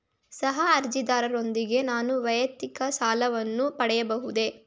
ಸಹ ಅರ್ಜಿದಾರರೊಂದಿಗೆ ನಾನು ವೈಯಕ್ತಿಕ ಸಾಲವನ್ನು ಪಡೆಯಬಹುದೇ?